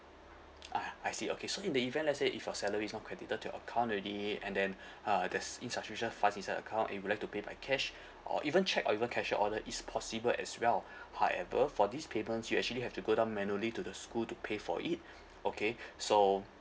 ah I see okay so in the event let's say if your salary's not credited to your account already and then uh there's insufficient funds inside the account and would like to pay by cash or even cheque or even cashier order is possible as well however for these payments you actually have to go down manually to the school to pay for it okay so